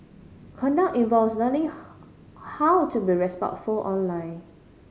conduct involves learning how to be respectful online